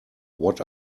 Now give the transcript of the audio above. what